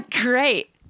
Great